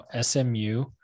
SMU